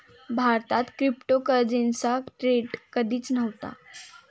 भारतात क्रिप्टोकरन्सीचा ट्रेंड पूर्वी कधीच नव्हता